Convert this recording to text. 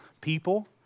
people